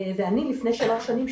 לפני שלוש שנים,